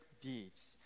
deeds